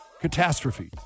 catastrophe